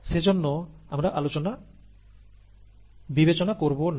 সেজন্য আমরা বিবেচনা করব না